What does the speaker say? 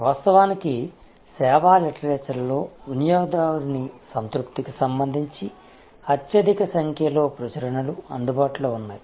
వాస్తవానికి సేవా లిటరేచర్ లో వినియోగదారుని సంతృప్తికి సంబంధించి అత్యధిక సంఖ్యలో ప్రచురణలు అందుబాటులో ఉన్నాయి